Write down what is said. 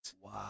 Wow